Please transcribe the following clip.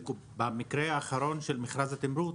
במקרה האחרון של מכרז התמרוץ,